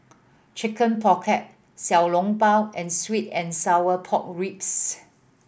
Chicken Pocket Xiao Long Bao and sweet and sour pork ribs